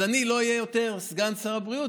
אז אני לא אהיה יותר סגן שר הבריאות